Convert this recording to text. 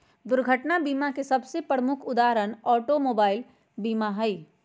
दुर्घटना बीमा के सबसे प्रमुख उदाहरण ऑटोमोबाइल बीमा हइ